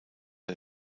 der